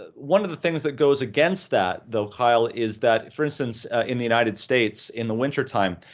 ah one of the things that goes against that though, kyle, is that for instance in the united states in the winter time,